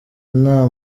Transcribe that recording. nta